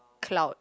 cloud